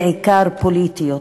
בעיקר פוליטיות,